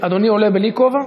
חבר הכנסת עפר שלח, אינו נוכח.